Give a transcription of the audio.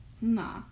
Nah